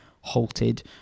halted